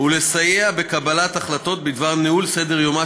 ולסייע בקבלת החלטות בדבר ניהול סדר-יומה